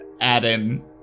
add-in